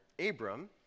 Abram